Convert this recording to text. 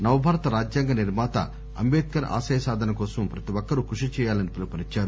నవభారత రాజ్యాంగ నిర్మాత అంబేడ్కర్ ఆశయ సాధన కోసం ప్రతి ఒక్కరూ కృషి చేయాలని పిలుపునిచ్చారు